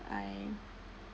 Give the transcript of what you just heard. I